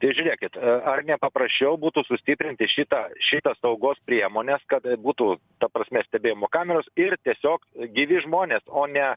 tai žiūrėkit ar nepaprasčiau būtų sustiprinti šita šitas saugos priemones kad būtų ta prasme stebėjimo kameros ir tiesiog gyvi žmonės o ne